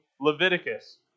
Leviticus